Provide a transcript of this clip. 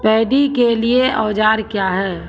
Paddy के लिए औजार क्या हैं?